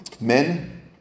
Men